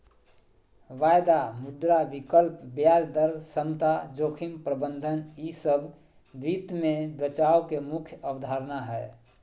वायदा, मुद्रा विकल्प, ब्याज दर समता, जोखिम प्रबंधन ई सब वित्त मे बचाव के मुख्य अवधारणा हय